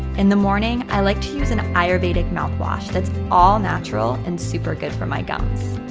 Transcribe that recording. in the morning, i like to use an ayurvedic mouthwash that's all natural and super good for my gums.